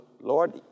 Lord